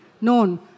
known